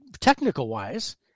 technical-wise